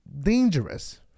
dangerous